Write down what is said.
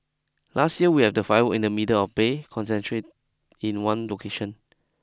last year we had the firework in the middle of the Bay concentrate in one location